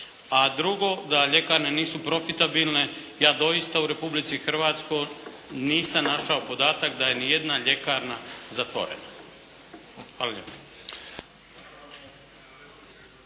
A drugo, da ljekarne nisu profitabilne ja doista u Republici Hrvatskoj nisam našao podatak da je ijedna ljekarna zatvorena. Hvala lijepo.